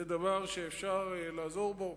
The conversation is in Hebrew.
זה דבר שאפשר לעזור בו,